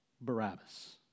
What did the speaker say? Barabbas